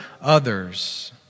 others